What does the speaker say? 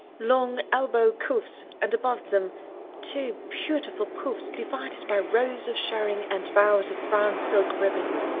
long elbow cuffs, and above them two beautiful puffs divided by rows of shirring and bows of brown-silk ribbon.